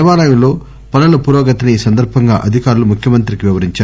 దేవాలయంలో పనుల పురోగతిని ఈ సందర్బంగా అధికారులు ముఖ్యమంత్రికి వివరించారు